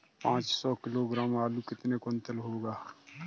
पाँच सौ किलोग्राम आलू कितने क्विंटल होगा?